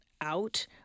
out